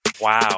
Wow